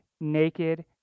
naked